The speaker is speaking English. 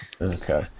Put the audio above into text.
Okay